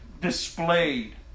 displayed